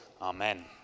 Amen